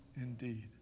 indeed